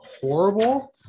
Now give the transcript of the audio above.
horrible